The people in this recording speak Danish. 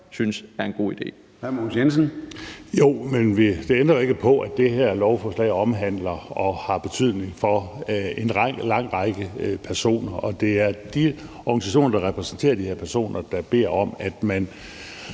synes er en god idé.